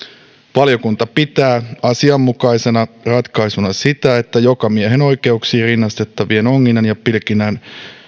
valiokunta pitää asianmukaisena ratkaisuna sitä että jokamiehenoikeuksiin rinnastettavien onginnan ja pilkinnän